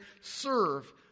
Serve